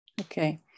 Okay